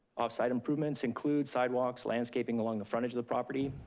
off-site improvements include sidewalks, landscaping along the frontage of the property,